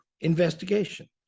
investigation